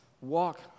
walk